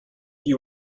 you